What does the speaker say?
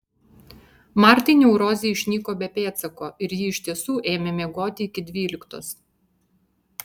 martai neurozė išnyko be pėdsako ir ji iš tiesų ėmė miegoti iki dvyliktos